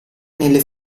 nelle